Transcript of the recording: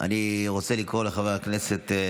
אני רוצה לקרוא לחבר הכנסת,